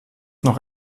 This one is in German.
noch